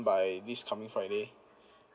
by this coming friday